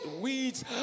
weeds